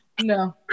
No